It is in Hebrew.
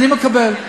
אני מקבל.